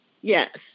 Yes